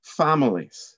families